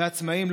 ועצמאים.